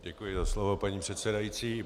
Děkuji za slovo, paní předsedající.